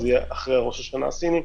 זה יהיה אחרי ראש השנה הסיני,